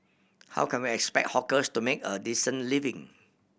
how can we expect hawkers to make a decent living